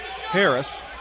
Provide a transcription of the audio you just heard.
Harris